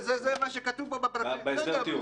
זה מה שכתוב בפרוטוקול.